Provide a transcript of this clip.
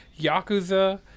Yakuza